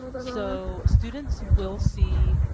so, students will see